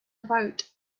about